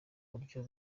buryo